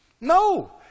No